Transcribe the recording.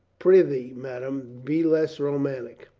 prithee, madame, be less romantic.